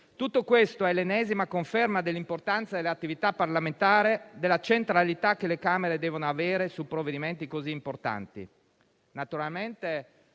Tutto questo è l'ennesima conferma dell'importanza dell'attività parlamentare e della centralità che le Camere devono avere su provvedimenti così importanti.